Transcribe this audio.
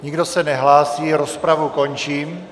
Nikdo se nehlásí, rozpravu končím.